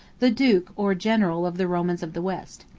the duke, or general, of the romans of the west.